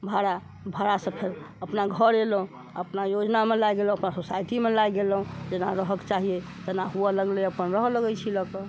भाड़ा भाड़ा से फेर अपना घर एलहुॅं आ अपना योजना मे लागि गेलहुॅं अपना सोसाइटी मे लागि गेलहुॅं जेना रहऽ के चाहिए तेना हुअ लगलै अपन रहऽ लगै छी ल क